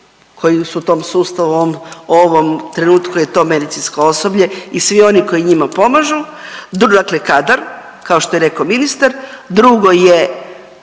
koji su u tom sustavu, u ovom, u ovom trenutku je to medicinsko osoblje i svi oni koji njima pomažu, dakle kadar kao što je rekao ministar. Drugo je